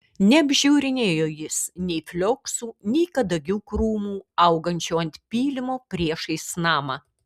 neapžiūrinėjo jis nei flioksų nei kadagių krūmų augančių ant pylimo priešais namą